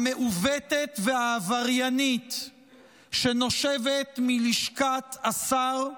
המעוותת והעבריינית שנושבת מלשכת השר,